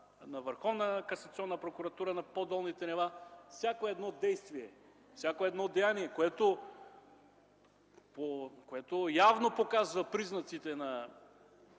на Върховната касационна прокуратура на по-долните нива за всяко действие, всяко деяние, което явно показва признаците на